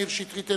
מאיר שטרית,